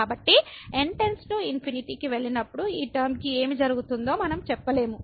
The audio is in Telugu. కాబట్టి n→∞ కి వెళ్ళినప్పుడు ఈ టర్మ కి ఏమి జరుగుతుందో మనం చెప్పలేము